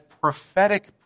prophetic